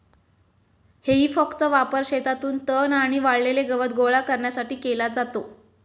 हेई फॉकचा वापर शेतातून तण आणि वाळलेले गवत गोळा करण्यासाठी केला जातो